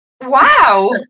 wow